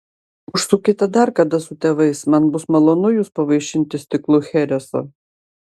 užsukite dar kada su tėvais man bus malonu jus pavaišinti stiklu chereso